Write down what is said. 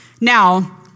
Now